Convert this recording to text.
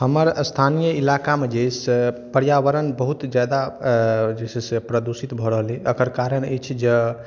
हमर स्थानीय इलाकामे जे अछि से पर्यावरण बहुत ज्यादा जे छै से प्रदूषित भऽ रहलैए एकर कारण अछि जे